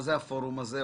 מה זה הפורום הזה,